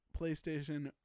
PlayStation